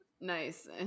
Nice